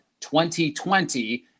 2020